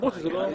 אז עוד אחד.